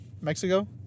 mexico